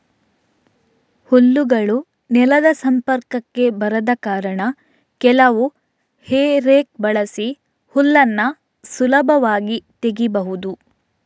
ಹಲ್ಲುಗಳು ನೆಲದ ಸಂಪರ್ಕಕ್ಕೆ ಬರದ ಕಾರಣ ಕೆಲವು ಹೇ ರೇಕ್ ಬಳಸಿ ಹುಲ್ಲನ್ನ ಸುಲಭವಾಗಿ ತೆಗೀಬಹುದು